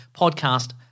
podcast